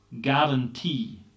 guarantee